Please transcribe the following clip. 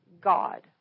God